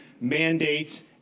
mandates